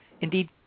indeed